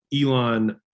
Elon